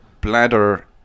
bladder